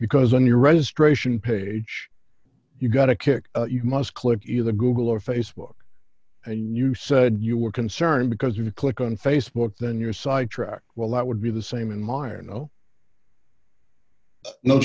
because in your restoration page you got a kick you must click either google or facebook and you said you were concerned because you click on facebook then your side tracked well that would be the same in